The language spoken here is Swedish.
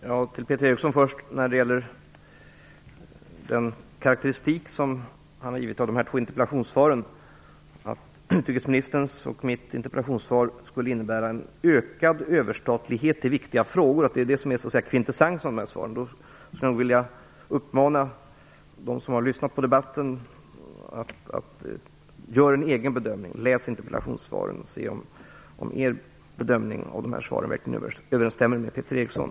Fru talman! Jag vänder mig först till Peter Eriksson när det gäller den karakteristik som han har gjort av de här två interpellationssvaren. Han menar att kvintessensen av utrikesministerns och mitt interpellationssvar skulle vara en ökad överstatlighet i viktiga frågor. Jag skulle nog vilja uppmana dem som har lyssnat på debatten att göra en egen bedömning. Läs interpellationssvaren och se om er bedömning av de här svaren verkligen överensstämmer med Peter Erikssons.